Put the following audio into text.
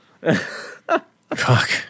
Fuck